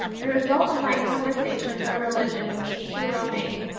the result of my conversations on religion with mr. romayne.